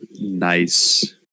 Nice